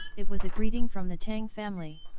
it was a greeting from the tang family.